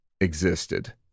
existed